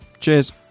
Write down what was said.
Cheers